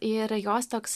ir jos toks